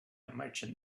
marching